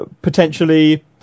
potentially